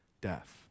death